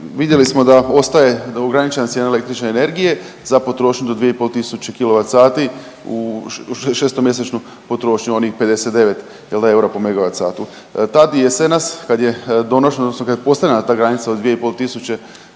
Vidjeli smo da ostaje ograničena cijena električne energije za potrošnju do 2500 kWh u 6-mjesečnu potrošnju, onih 59 jel da eura po MWh. Tad i jesenas kad je donošena odnosno kad je postavljena ta granica od 2500 kWh